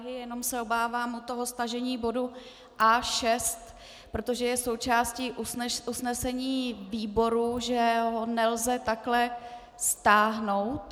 Jenom se obávám toho stažení bodu A6, protože je součástí usnesení výboru, že ho nelze takhle stáhnout.